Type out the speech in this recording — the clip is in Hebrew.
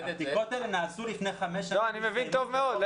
הבדיקות האלה נעשו לפני חמש שנים --- אני מבין טוב מאוד.